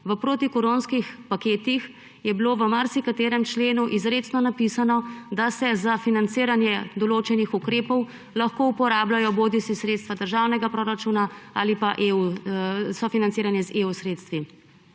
v protikoronskih paketih je bilo v marsikaterem členu izrecno napisano, da se za financiranje določenih ukrepov lahko uporabljajo bodisi sredstva državnega proračuna ali pa sofinanciranje s sredstvi